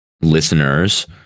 listeners